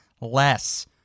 less